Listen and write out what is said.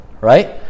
right